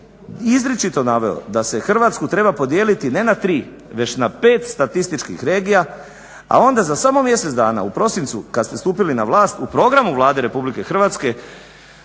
Planu 21 izričito naveo da se Hrvatsku treba podijeliti ne na tri već na pet statističkih regija a onda za samo mjesec dana u prosincu kada ste stupili na vlast u programu Vlade RH umjesto